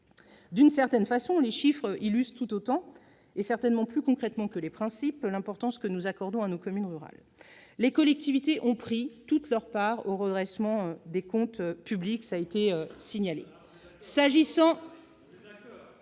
D'une certaine façon, les chiffres illustrent tout autant, et certainement plus concrètement que les principes, l'importance que nous accordons à nos communes rurales. Les collectivités ont pris toute leur part au redressement des comptes publics. Là, on est d'accord ! S'agissant